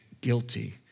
guilty